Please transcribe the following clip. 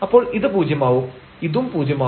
അപ്പോൾ ഇത് പൂജ്യമാവും ഇതും പൂജ്യം ആവും